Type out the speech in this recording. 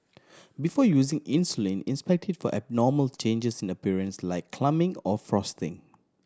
before using insulin inspect it for abnormal changes in appearance like clumping or frosting